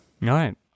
right